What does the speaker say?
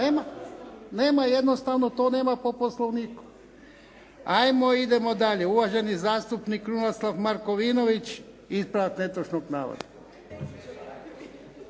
Jednostavno to nema po Poslovniku. Idemo dalje. Uvaženi zastupnik Krunoslav Markovinović ispravak netočnog navoda.